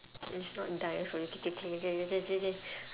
it's not dying so you K K K K K K K K